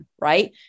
right